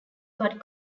but